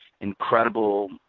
incredible